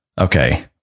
okay